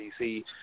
DC